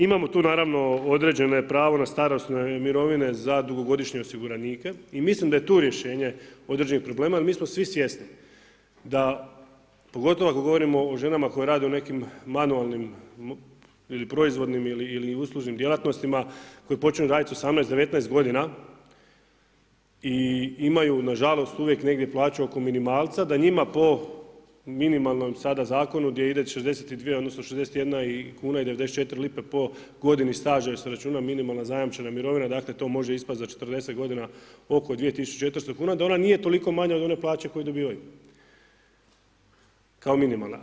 Imao tu naravno određene pravno na starosne mirovine za dugogodišnje osiguranike i mislim da je tu rješenje određenih problema jel mi smo svi svjesni da pogotovo ako govorimo o ženama koje rade u nekim manualnim ili proizvodnim ili uslužnim djelatnostima koje počinju raditi sa 19, 19 godina i imaju nažalost uvijek negdje plaću oko minimalca da njima po minimalnom sada zakonu gdje ide 62 odnosno 61 kuna i 94 lipe po godini staža se računa minimalna zajamčena mirovina, dakle to može ispasti za 40 godina oko 2400 kuna da ona nije toliko manja od one plaće koje dobivaju kao minimalne.